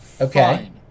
Okay